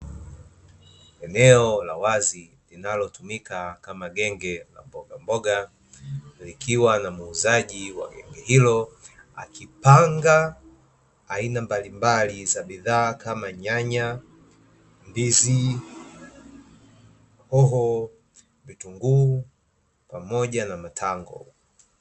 Eneo la wazi linalotumika kama genge la mbogamboga likiwa na muuzaji wa genge hilo akipanga aina mbalimbali za bidhaa kama nyanya, ndizi, hoho, vitunguu pamoja na matango.